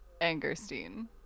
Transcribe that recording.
Angerstein